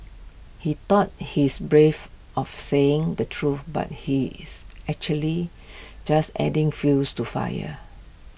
he thought he's brave of saying the truth but he is actually just adding fuels to fire